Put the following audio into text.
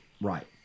Right